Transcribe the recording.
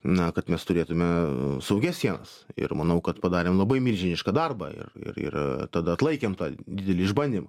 na kad mes turėtume saugias sienas ir manau kad padarėm labai milžinišką darbą ir ir ir a tada atlaikėm tą didelį išbanymą